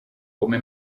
come